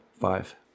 five